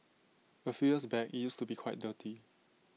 A few years back IT used to be quite dirty